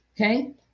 okay